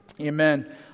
Amen